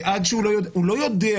הוא לא יודע,